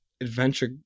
adventure